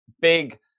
big